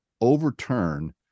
overturn